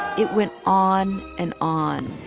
it went on and on